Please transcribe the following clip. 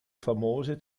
famose